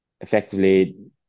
effectively